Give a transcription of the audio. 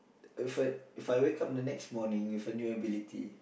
if I If I wake up the next morning with a new ability